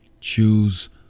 choose